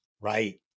Right